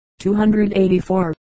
284